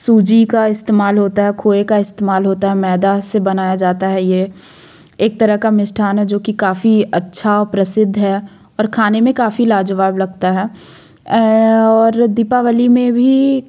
सूजी का इस्तेमाल होता है खोए का इस्तेमाल होता है मैदा से बनाया जाता है ये एक तरह का मिष्ठान है जो कि काफ़ी अच्छा प्रसिद्ध है और खाने में काफ़ी लजबाव लगता है और दीपावली में भी